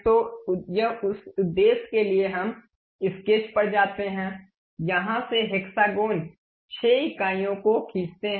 तो उस उद्देश्य के लिए हम स्केच पर जाते हैं यहां से हेक्सागोन 6 इकाइयों को खींचते हैं